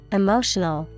emotional